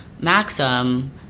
Maxim